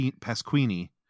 Pasquini